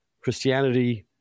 Christianity